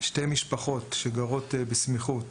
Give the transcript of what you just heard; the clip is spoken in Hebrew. שתי משפחות שגרות בסמיכות,